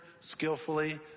skillfully